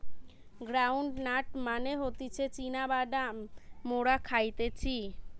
ground nut মানে হতিছে চীনা বাদাম মোরা খাইতেছি